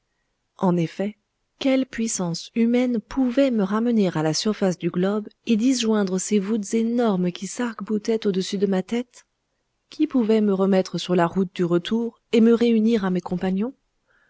en effet quelle puissance humaine pouvait me ramener à la surface du globe et disjoindre ces voûtes énormes qui sarc boutaient au-dessus de ma tête qui pouvait me remettre sur la route du retour et me réunir à mes compagnons